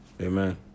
amen